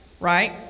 Right